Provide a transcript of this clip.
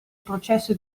processo